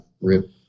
Rip